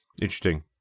Interesting